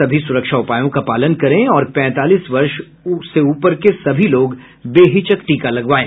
सभी सुरक्षा उपायों का पालन करें और पैंतालीस वर्ष से ऊपर के सभी लोग बेहिचक टीका लगवाएं